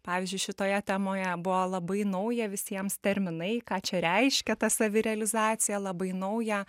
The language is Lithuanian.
pavyzdžiui šitoje temoje buvo labai nauja visiems terminai ką čia reiškia ta savirealizacija labai nauja